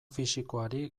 fisikoari